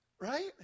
right